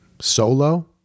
Solo